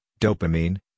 dopamine